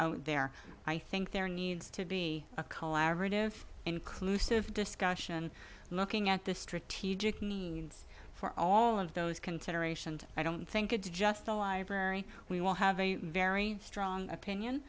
out there i think there needs to be a collaborative inclusive discussion looking at the strategic means for all of those considerations i don't think it's just a library we will have a very strong opinion